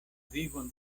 vivon